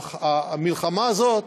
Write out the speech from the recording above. אבל המלחמה הזאת